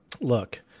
Look